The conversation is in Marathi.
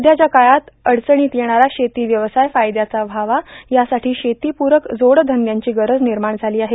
सध्याच्या काळात अडचणीत येणारा शेती व्यवसाय फायदयाचा व्हावा यासाठा शेतीपूरक जोडधंदयांची गरज र्मिनमाण झालां आहे